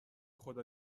خدا